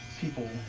people